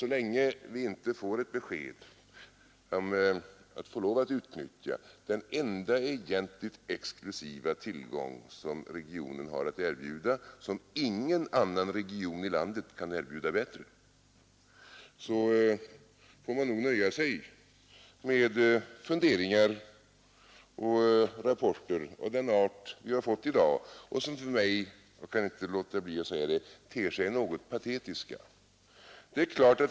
Så länge vi inte får besked om att vi får lov att utnyttja den enda egentligt exklusiva tillgång som regionen har att erbjuda och som ingen annan region i landet kan erbjuda bättre, får vi nöja oss med funderingar och rapporter av den art vi har fått i dag och som för mig — jag kan inte låta bli att säga det — ter sig något patetiska.